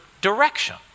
direction